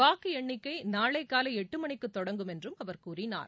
வாக்கு எண்ணிக்கை நாளை காலை எட்டு மணிக்கு தொடங்கும் என்றும் அவர் கூறினார்